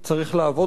להיאבק על זה,